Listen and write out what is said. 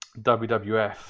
WWF